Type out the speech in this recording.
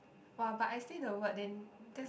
!wah! but I say the word then that's